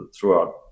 throughout